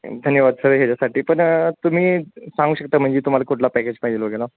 धन्यवाद सर ह्याच्यासाठी पण तुम्ही सांगू शकता म्हणजे तुम्हाला कुठला पॅकेज पाहिजेल वगैरे